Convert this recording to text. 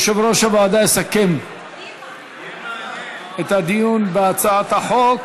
יושב-ראש הוועדה יסכם את הדיון בהצעת החוק,